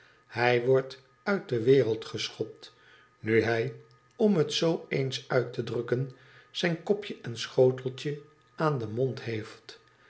hij wordt uit de wereld geschopt nu hij om het zoo eena uit te drukken zijn kopje en schoteltje aan den mond heeft